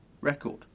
record